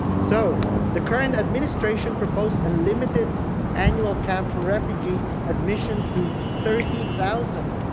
so the current administration proposed a limited annual cap for refugee admission to thirty thousand,